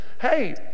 hey—